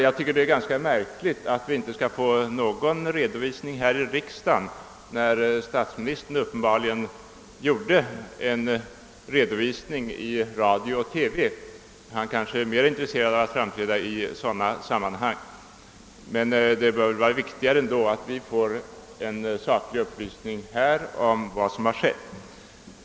Jag tycker det är märkligt att vi inte i riksdagen har fått någon redovisning av detta, när statsministern har kunnat lämna en sådan i radio och TV. Han kanske är mera intresserad av att framträda i sådana sammanhang, men det bör vara viktigare att vi här i riksdagen får en saklig redogörelse för vad som skett.